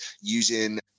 using